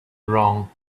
wrong